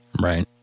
Right